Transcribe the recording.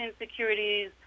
insecurities